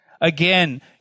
Again